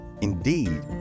Indeed